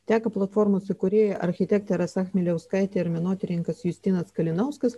teka platformos įkūrėjų architektė rasa chmieliauskaitė ir menotyrininkas justinas kalinauskas